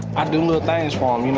i do little things um you know